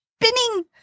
spinning